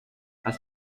hast